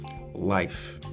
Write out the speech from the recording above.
Life